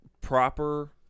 proper